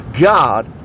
God